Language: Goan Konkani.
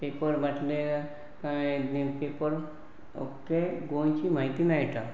पेपर वाचले काय ते पेपर अख्खे गोंयची म्हायती मेळटा